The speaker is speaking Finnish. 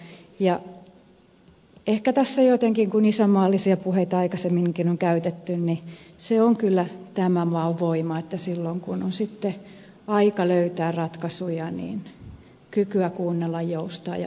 ja ehkä tässä jotenkin kun isänmaallisia puheita aikaisemminkin on käytetty on kyllä tämän maan voima että silloin kun on sitten aika löytää ratkaisuja niin kykyä kuunnella joustaa ja ymmärtää löytyy